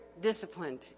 disciplined